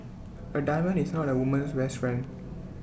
A diamond is not A woman's best friend